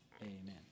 Amen